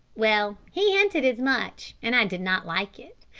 well, he hinted as much, and i did not like it.